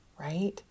right